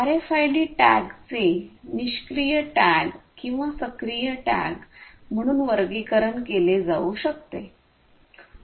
RFID टॅगचे निष्क्रिय tag किंवा सक्रिय टॅग म्हणून वर्गीकरण केले जाऊ शकते